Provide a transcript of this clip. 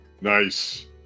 Nice